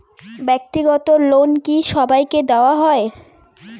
ব্যাক্তিগত লোন কি সবাইকে দেওয়া হয়?